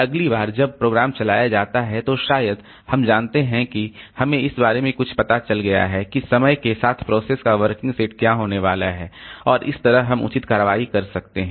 अगली बार जब प्रोग्राम चलाया जाता है तो शायद हम जानते हैं कि हमें इस बारे में कुछ पता चल गया है कि समय के साथ प्रोसेस का वर्किंग सेट क्या होने वाला है और इस तरह हम उचित कार्रवाई कर सकते हैं